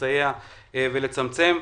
לסייע ולצמצם.